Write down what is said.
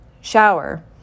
Shower